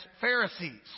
Pharisees